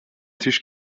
tisch